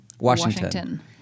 Washington